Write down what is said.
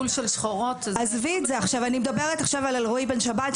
אני מדברת על אלרואי בן שבת,